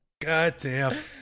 Goddamn